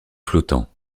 flottant